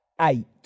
eight